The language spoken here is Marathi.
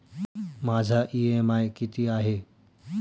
माझा इ.एम.आय किती आहे?